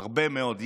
הרבה מאוד.